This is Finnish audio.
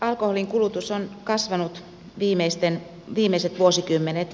alkoholin kulutus on kasvanut viimeiset vuosikymmenet